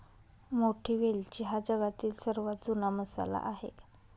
मोठी वेलची हा जगातील सर्वात जुना मसाला आहे